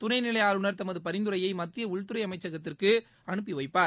துணை நிலை ஆளுநர் தமது பரிந்துரையை மத்திய உள்துறை அமைச்சகத்திற்கு அனுப்பி வைப்பார்